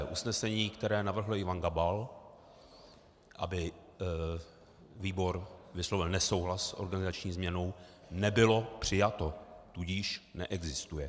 Usnesení, které navrhl Ivan Gabal, aby výbor vyslovil nesouhlas s organizační změnou, nebylo přijato, tudíž neexistuje.